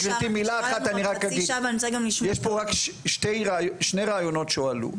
יוייו יש פה רק שני רעיונות שהועלו.